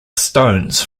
stones